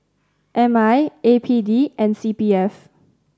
M I A P D and C P F